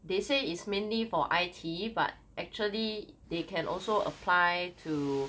they say is mainly for I_T but actually they can also apply to